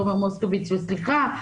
תומר מוסקוביץ: סליחה,